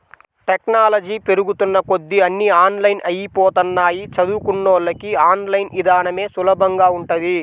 technology పెరుగుతున్న కొద్దీ అన్నీ ఆన్లైన్ అయ్యిపోతన్నయ్, చదువుకున్నోళ్ళకి ఆన్ లైన్ ఇదానమే సులభంగా ఉంటది